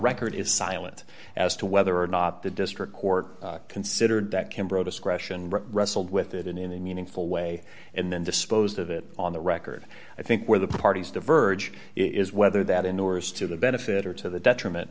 record is silent as to whether or not the district court considered that cambridge discretion wrestled with it in any meaningful way and then disposed of it on the record i think where the parties diverge is whether that endures to the benefit or to the detriment